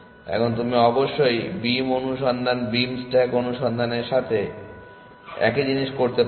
এখন তুমি অবশ্যই বীম অনুসন্ধান বিম স্ট্যাক অনুসন্ধানের সাথে একই জিনিস করতে পারো